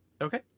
Okay